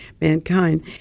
mankind